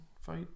fight